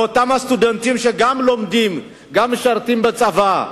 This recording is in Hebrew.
לאותם סטודנטים שגם לומדים, גם משרתים בצבא,